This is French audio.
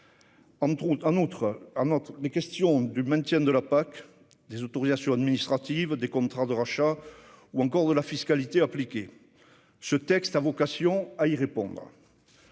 notamment celles du maintien de la PAC, des autorisations administratives, des contrats de rachat, ou encore de la fiscalité appliquée. Ce texte a vocation à y répondre.